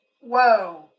whoa